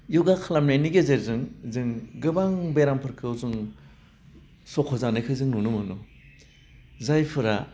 य'गा खालामनायनि गेजेरजों जों गोबां बेरामफोरखौ जों सख'जानाय जों नुनो मोनदों जायफोरा